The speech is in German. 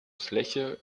fläche